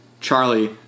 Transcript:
Charlie